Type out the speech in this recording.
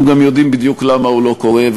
אנחנו גם יודעים בדיוק למה הוא לא קורה.